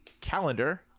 calendar